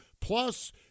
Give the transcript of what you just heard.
Plus